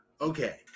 Okay